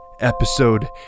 episode